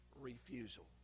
refusal